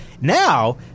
Now